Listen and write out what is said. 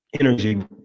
energy